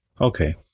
okay